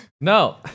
No